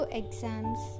exams